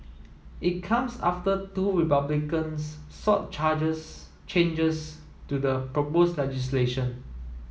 it comes after two Republicans sought charges changes to the proposed legislation